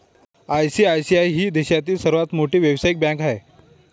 ICICI ही देशातील सर्वात मोठी व्यावसायिक बँक आहे